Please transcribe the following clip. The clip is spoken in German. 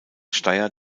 steyr